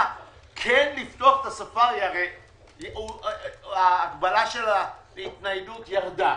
לפתוח את הספארי הרי ההגבלה של הניידות ירדה,